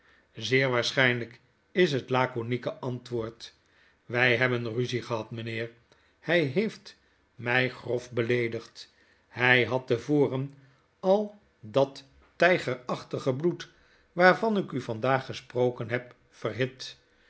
zeer waarschflnlyk is het lakonieke antwoord wy hebben ruzie gehad mynheer hy heeft my grof beleedigd hij had te voren al dat tijgerachtige bloed waarvan ik u vandaag gesproken heb verhit